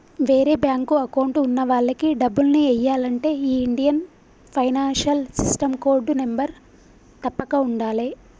వేరే bank account ఉన్న వాళ్లకి డబ్బుల్ని ఎయ్యాలంటే ఈ Indian financial system code number తప్పక ఉండాలే